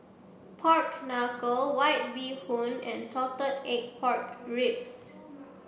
pork knuckle white bee hoon and salted egg pork ribs